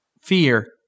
Fear